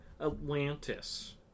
atlantis